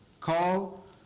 call